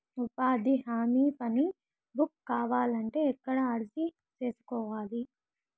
ఉపాధి హామీ పని బుక్ కావాలంటే ఎక్కడ అర్జీ సేసుకోవాలి?